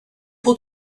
pour